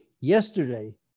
yesterday